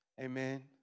Amen